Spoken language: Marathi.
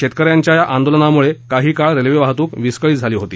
शेतकऱ्यांच्या या आंदोलनामुळे काही काळ रेल्वे वाहतूक विस्कळीत झाली होती